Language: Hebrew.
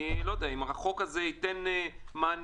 אני לא יודע אם הרחוק הזה ייתן מענה